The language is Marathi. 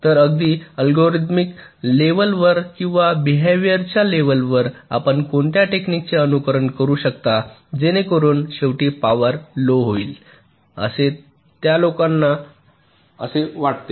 तर अगदी अल्गोरिदमिक लेव्हल वर किंवा बिहेविअर च्या लेव्हल वर आपण कोणत्या टेक्निक चे अनुसरण करू शकता जेणेकरून शेवटी पॉवर लो होईल असे त्या काही लोकांना असे वाटते